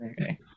Okay